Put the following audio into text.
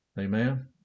Amen